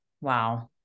Wow